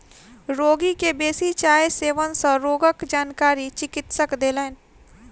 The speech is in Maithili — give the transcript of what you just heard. रोगी के बेसी चाय सेवन सँ रोगक जानकारी चिकित्सक देलैन